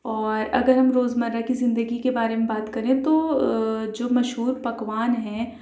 اور اگر ہم روز مرہ کی زندگی کے بارے میں بات کریں تو جو مشہور پکوان ہیں